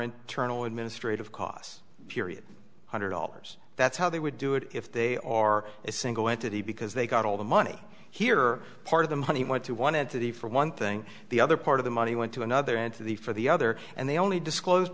internal administrative costs period hundred dollars that's how they would do it if they are a single entity because they got all the money here part of the money went to one entity for one thing the other part of the money went to another entity for the other and they only disclosed